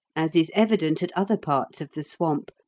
as is evident at other parts of the swamp,